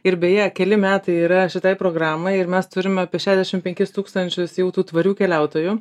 ir beje keli metai yra šitai programai ir mes turime apie šešiasdešimt penkis tūkstančius jau tų tvarių keliautojų